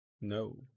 No